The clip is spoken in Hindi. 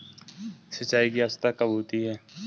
सिंचाई की आवश्यकता कब होती है?